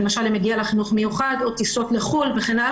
למשל אם מגיע לה חינוך מיוחד או טיסות לחו"ל וכו'